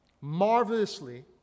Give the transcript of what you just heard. marvelously